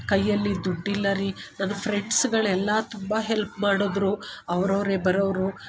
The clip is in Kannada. ಕೈಯಲ್ಲಿ ದುಡ್ಡಿಲ್ಲ ರೀ ನನ್ನ ಫ್ರೆಂಡ್ಸ್ಗಳೆಲ್ಲಾ ತುಂಬ ಹೆಲ್ಪ್ ಮಾಡಿದ್ರು ಅವ್ರು ಅವರೆ ಬರೋವ್ರು